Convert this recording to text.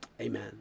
Amen